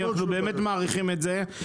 אנחנו באמת מעריכים את זה,